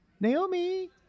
Naomi